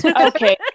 Okay